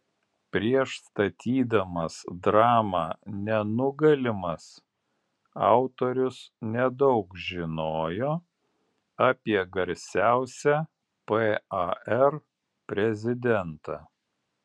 prieš statydamas dramą nenugalimas autorius nedaug žinojo apie garsiausią par prezidentą